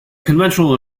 conventional